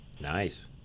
Nice